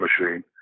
machine